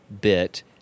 bit